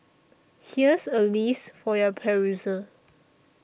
here's a list for your perusal